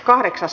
asia